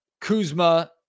Kuzma